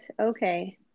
Okay